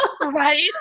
Right